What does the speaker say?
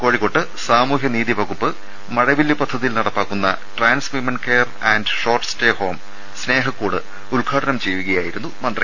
കോഴി ക്കോട്ട് സാമൂഹൃനീതിവകുപ്പ് മഴവില്ല് പദ്ധതിയിൽ നടപ്പാക്കുന്ന trans women care and short stay home Snehakkoodu ഉദ്ഘാടനം ചെയ്യുകയായിരുന്നു മന്ത്രി